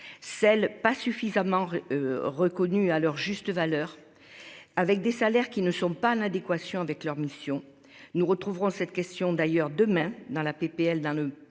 Celle pas suffisamment. Reconnus à leur juste valeur. Avec des salaires qui ne sont pas en adéquation avec leur mission. Nous retrouverons cette question d'ailleurs demain dans la PPL